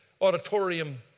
auditorium